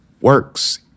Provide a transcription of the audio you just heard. works